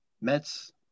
mets